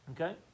Okay